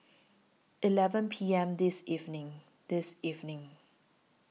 eleven P M This evening This evening